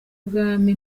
bwami